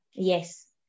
Yes